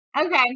Okay